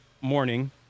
morning